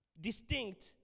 distinct